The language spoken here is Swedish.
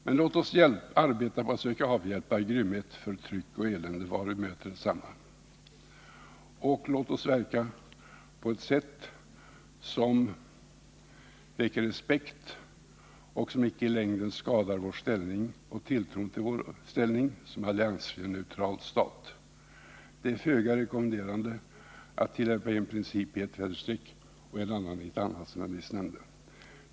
Men låt oss arbeta på att söka avhjälpa grymhet, förtryck och elände var vi än möter desamma, och låt oss verka på ett sätt som väcker respekt och icke i längden skadar vår ställning och tilltron till vår ställning som alliansfri neutral stat. Det är föga rekommendabelt att tillämpa en princip i ett väderstreck och en annan i ett annat, som jag nyss nämnde.